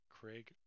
Craig